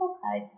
Okay